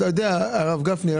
הרב גפני,